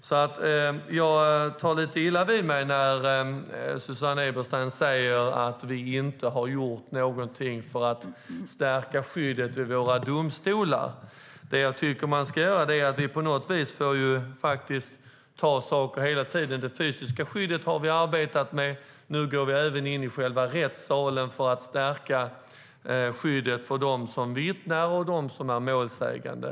Jag tar alltså lite illa vid mig när Susanne Eberstein säger att vi inte har gjort någonting för att stärka skyddet vid våra domstolar. Vi får ta tag i saker hela tiden. Vi har arbetat med det fysiska skyddet. Nu går vi även in i själva rättssalen, för att stärka skyddet för dem som vittnar och för dem som är målsägande.